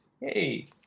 Hey